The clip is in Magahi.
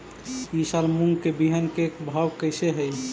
ई साल मूंग के बिहन के भाव कैसे हई?